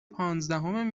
پانزدهم